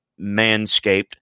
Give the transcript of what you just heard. manscaped